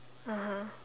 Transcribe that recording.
(uh huh)